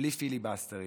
בלי פיליבסטרים,